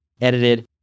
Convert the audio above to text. edited